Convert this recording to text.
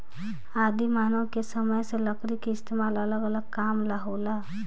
आदि मानव के समय से लकड़ी के इस्तेमाल अलग अलग काम ला होला